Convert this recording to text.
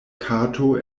kato